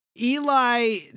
Eli